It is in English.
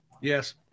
Yes